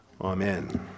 Amen